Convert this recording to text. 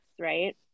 right